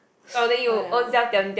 oh ya